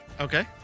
Okay